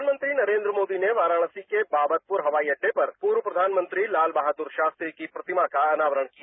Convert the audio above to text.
प्रधानमंत्री नरेंद्र मोदी ने वाराणसी के बाबरपुर हवाई अड्डे पर पूर्व प्रधानमंत्री लाल बहादुर शास्त्री की प्रतिमा का अनावरण किया